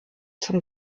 zum